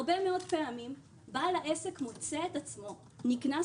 הרבה מאוד פעמים בעל העסק מוצא את עצמו נקנס